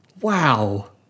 Wow